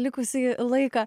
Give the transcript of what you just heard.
likusį laiką